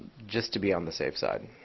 just to be on the safe side.